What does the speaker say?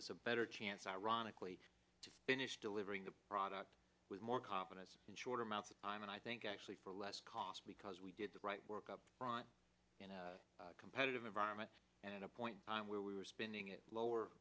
us a better chance ironically to finish delivering the product with more confidence in short amounts of time and i think actually for less cost because we did the right work up front in a competitive environment at a point where we were spending at lower